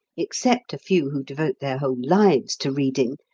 except a few who devote their whole lives to reading,